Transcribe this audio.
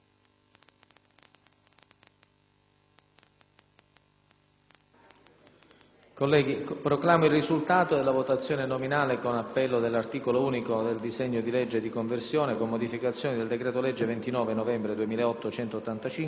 voti).* Proclamo il risultato della votazione nominale con appello dell'articolo unico del disegno di legge n. 1315, di conversione in legge del decreto-legge 29 novembre 2008, n. 185, nel testo approvato dalla Camera dei deputati, sull'approvazione del quale il Governo ha posto la questione di fiducia: